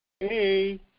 Hey